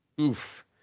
Oof